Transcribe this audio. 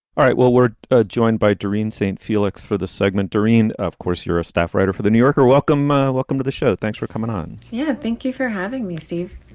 all right, well, we're ah joined by durin st. felix for the segment durin. of course, you're a staff writer for the new yorker. welcome. ah welcome to the show. thanks for coming on. yeah. thank you for having me, steve.